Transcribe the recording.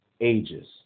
ages